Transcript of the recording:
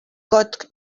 got